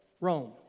Rome